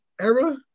era